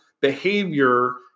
behavior